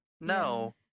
No